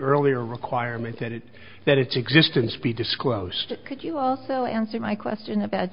earlier requirement that it that its existence be disclosed could you also answer my question about